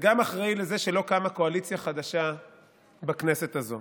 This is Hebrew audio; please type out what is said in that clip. וגם אחראי לזה שלא קמה קואליציה חדשה בכנסת הזו.